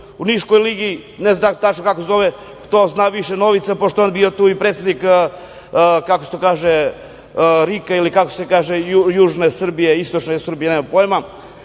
u Niškoj ligi, ne znam tačno kako se zove, to zna više Novica, pošto je on bio tu i predsednik RIK-a, ili kako se to kaže, južne Srbije, istočne Srbije, nemam pojma,